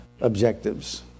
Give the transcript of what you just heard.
objectives